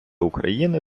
україни